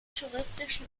touristischen